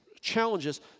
challenges